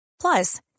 Plus